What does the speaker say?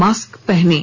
mask पहनें